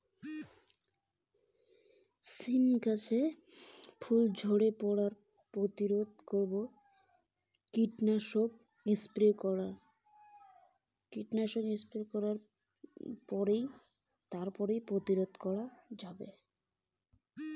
কি করে সীম গাছের ফুল ঝরে পড়া প্রতিরোধ করব?